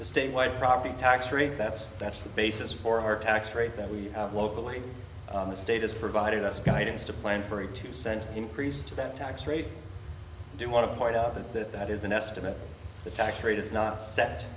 the state why property tax rate that's that's the basis for our tax rate that we have locally the state has provided us guidance to plan for a two cent increase to that tax rate do want to point out that that that is an estimate the tax rate is not set